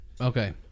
okay